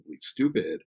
stupid